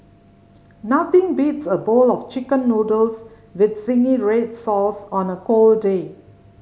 nothing beats a bowl of Chicken Noodles with zingy red sauce on a cold day